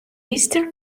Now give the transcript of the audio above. eastern